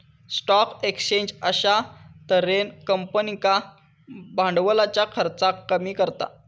stock exchange अश्या तर्हेन कंपनींका भांडवलाच्या खर्चाक कमी करता